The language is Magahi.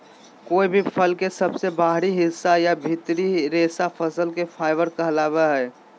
कोय भी फल के सबसे बाहरी हिस्सा या भीतरी रेशा फसल के फाइबर कहलावय हय